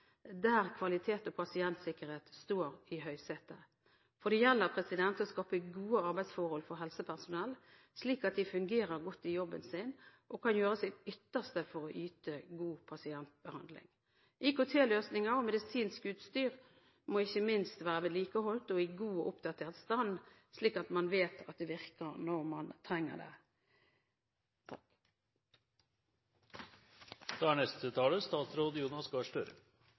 der kvalitet og pasientsikkerhet står i høysetet. For det gjelder å skape gode arbeidsforhold for helsepersonell, slik at de fungerer godt i jobben sin og kan gjøre sitt ytterste for å yte god pasientbehandling. IKT- løsninger og medisinsk utstyr må ikke minst være vedlikeholdt og i god og oppdatert stand, slik at man vet at det virker når man trenger det. Takk for en interessant debatt. Jeg tror det er